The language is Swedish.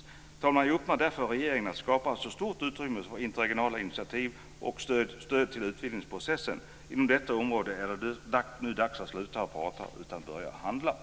Fru talman! Jag uppmanar därför regeringen att skapa stort utrymme för interregionala initiativ som stöder utvidgningsprocessen. Inom detta område är det nu dags att sluta prata och börja handla.